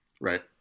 right